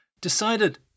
decided